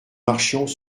marchions